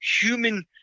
human